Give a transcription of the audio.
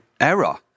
error